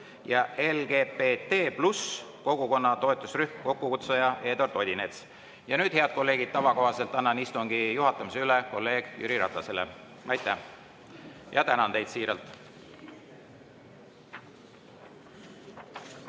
ja LGBT+ kogukonna toetusrühm, kokkukutsuja Eduard Odinets. Ja nüüd, head kolleegid, tava kohaselt annan istungi juhatamise üle kolleeg Jüri Ratasele. Ja tänan teid siiralt!